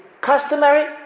customary